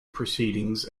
proceedings